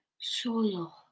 soil